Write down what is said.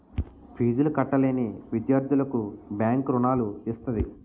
ఫీజులు కట్టలేని విద్యార్థులకు బ్యాంకు రుణాలు ఇస్తది